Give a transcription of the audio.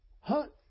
Hunt